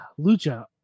Lucha